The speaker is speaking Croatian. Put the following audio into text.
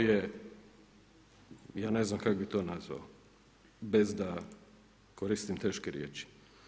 Ja ne znam kako bi to nazvao bez da koristim teške riječi.